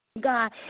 God